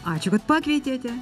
ačiū kad pakvietėte